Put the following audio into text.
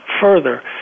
further